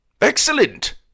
Excellent